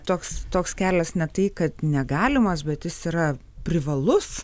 toks toks kelias ne tai kad negalimas bet jis yra privalus